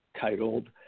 titled